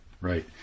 Right